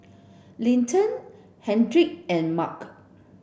Linton Kendrick and Mark